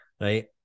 right